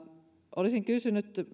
olisin kysynyt